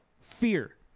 Fear